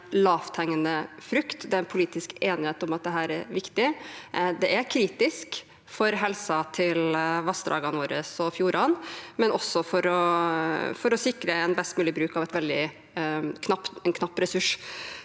lavthengende frukt, det er politisk enighet om at dette er viktig. Det er kritisk for helsen til vassdragene og fjordene våre, men også for å sikre en best mulig bruk av en veldig knapp ressurs.